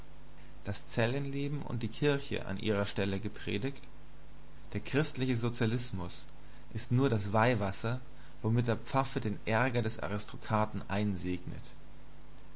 das zellenleben und die kirche an ihrer stelle gepredigt der christliche sozialismus ist nur das weihwasser womit der pfaffe den ärger des aristokraten einsegnet